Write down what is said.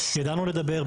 ידענו לדבר.